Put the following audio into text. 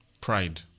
pride